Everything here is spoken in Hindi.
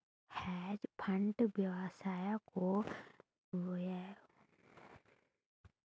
हेज फंड व्यवसाय को एबसोल्यूट रिटर्न द्वारा परिभाषित किया जा सकता है